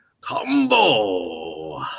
Combo